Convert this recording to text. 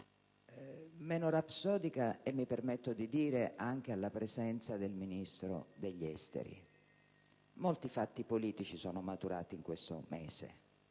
meno rapsodica e - mi permetto di dire - anche alla presenza del Ministro degli affari esteri. Molti fatti politici sono maturati in questo mese: